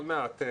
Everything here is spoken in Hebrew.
עוד מעט.